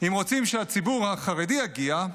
אם רוצים שהציבור החרדי יגיע,